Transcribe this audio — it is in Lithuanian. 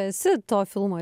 esi to filmo